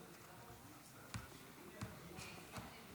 לרשותך חמש דקות.